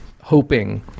hoping